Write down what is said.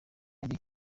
wari